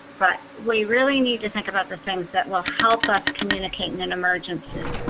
but we really need to think about the things that will help us communicate in an emergency.